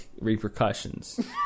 repercussions